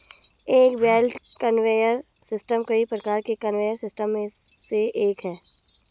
एक belt conveyor system कई प्रकार के कन्वेयर सिस्टम में से एक है